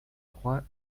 trois